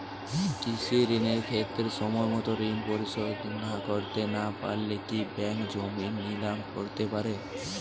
কৃষিঋণের ক্ষেত্রে সময়মত ঋণ পরিশোধ করতে না পারলে কি ব্যাঙ্ক জমি নিলাম করতে পারে?